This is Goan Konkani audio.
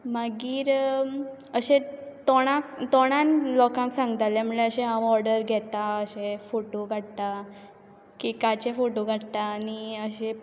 मागीर अशें तोंडाक तोंडान लोकांक सांगतालें म्हणल्यार अशें हांव ऑर्डर घेतां अशें फोटो काडटां कॅकाचे फोटो काडटां आनी अशे